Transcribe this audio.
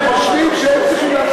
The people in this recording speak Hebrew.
מה הם חושבים שהם צריכים לעשות?